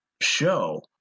show